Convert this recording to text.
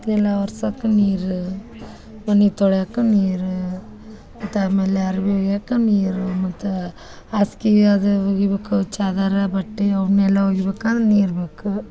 ನೆಲ ಒರ್ಸಕ್ಕೆ ನೀರು ಮನೆ ತೊಳ್ಯಕ್ಕೆ ನೀರು ಮತ್ತು ಆಮೇಲೆ ಅರ್ವೆ ಒಗಿಯಕ್ಕೆ ನೀರು ಮತ್ತು ಹಾಸ್ಗಿ ಅದು ಒಗಿಬೇಕು ಚಾದರ ಬಟ್ಟೆ ಅವನ್ನೆಲ್ಲ ಒಗಿಬೇಕು ಅಂದ್ರೆ ನೀರು ಬೇಕು